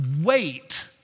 wait